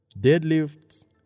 deadlifts